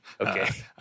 Okay